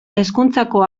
hezkuntzako